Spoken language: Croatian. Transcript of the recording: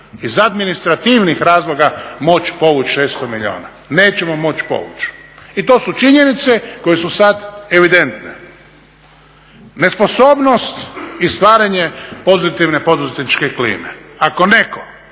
iz administrativnih razloga moći povući 600 milijuna. Nećemo moći povući i to su činjenice koje su sad evidentne. Nesposobnost i stvaranje pozitivne poduzetničke klime. Ako netko